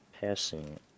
passing